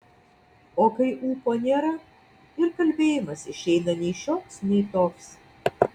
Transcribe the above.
o kai ūpo nėra ir kalbėjimas išeina nei šioks nei toks